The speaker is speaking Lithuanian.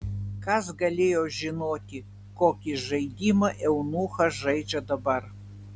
kas galėjo žinoti kokį žaidimą eunuchas žaidžia dabar